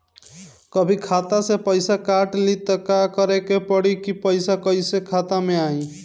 कभी खाता से पैसा काट लि त का करे के पड़ी कि पैसा कईसे खाता मे आई?